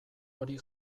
hori